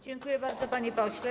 Dziękuję bardzo, panie pośle.